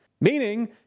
meaning